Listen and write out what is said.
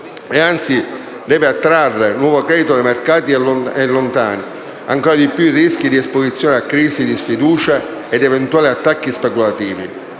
e anzi attragga, nuovo credito dai mercati e allontani ancora di più i rischi di esposizione a crisi di sfiducia ed eventuali attacchi speculativi.